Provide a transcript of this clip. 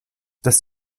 das